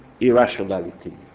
irrationality